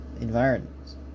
environments